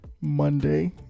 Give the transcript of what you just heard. Monday